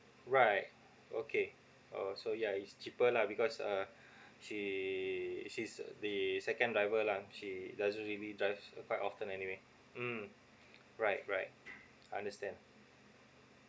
right okay oh so yeah it's cheaper lah because uh she she's the second driver lah she doesn't really drive quite often anyway mm right right understand